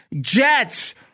jets